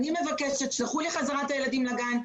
אני מבקשת שתשלחו אליי בחזרה את הילדים לגן,